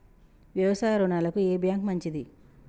వ్యవసాయ రుణాలకు ఏ బ్యాంక్ మంచిది?